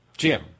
Jim